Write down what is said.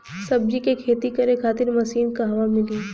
सब्जी के खेती करे खातिर मशीन कहवा मिली?